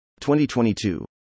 2022